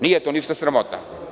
Nije to ništa sramota.